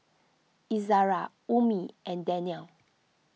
Izara Ummi and Danial